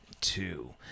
two